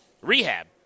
rehab